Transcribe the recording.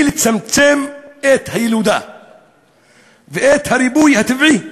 לצמצם את הילודה ואת הריבוי הטבעי.